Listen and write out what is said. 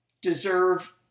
deserve